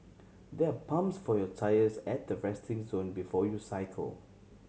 there are pumps for your tyres at the resting zone before you cycle